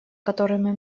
которыми